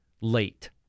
late